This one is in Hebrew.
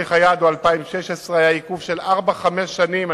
תאריך היעד הוא 2016. היה עיכוב של ארבע-חמש שנים,